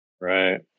Right